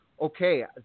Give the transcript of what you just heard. okay